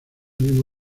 mismo